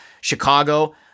Chicago